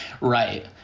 Right